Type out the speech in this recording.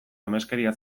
ameskeria